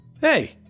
Hey